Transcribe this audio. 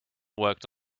worked